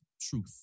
truth